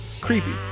creepy